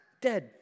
dead